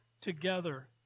together